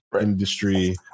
Industry